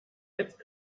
jetzt